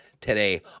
today